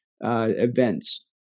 events